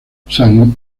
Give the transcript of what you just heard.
san